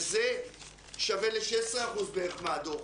וזה שווה ל-16% בערך מהדוח.